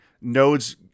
nodes